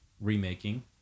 remaking